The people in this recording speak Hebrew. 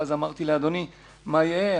ואז אמרתי לאדוני: מה יהיה?